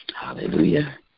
Hallelujah